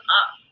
up